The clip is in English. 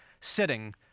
sitting